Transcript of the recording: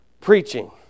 Preaching